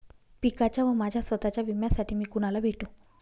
पिकाच्या व माझ्या स्वत:च्या विम्यासाठी मी कुणाला भेटू?